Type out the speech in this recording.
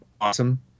awesome